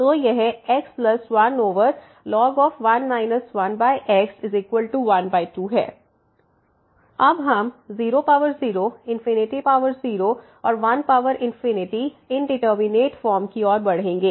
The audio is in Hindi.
तो यह x1ln 1 1x 12 अब हम 00 0 और 1इंडिटरमिनेट फॉर्म की ओर बढ़ेंगे